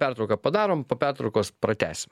pertrauką padarom po pertraukos pratęsim